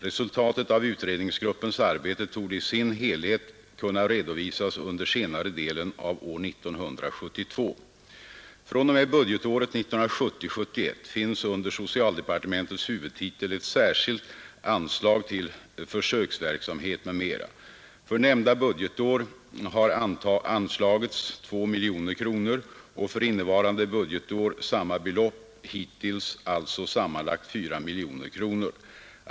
Resultatet av utredningsgruppens arbete torde i sin helhet kunna redovisas under senare delen av år 1972. fr.o.m., budgetåret 1970/71 finns under socialdepartementets huvudtitel ett särskilt anslag till Försöksverksamhet m.m. För nämnda budgetår har anslagits 2 miljoner kronor och för innevarande budgetår samma belopp, hittills alltså sammanlagt 4 miljoner kronor.